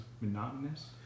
monotonous